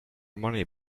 money